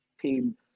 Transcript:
team